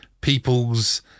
people's